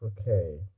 Okay